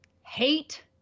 hate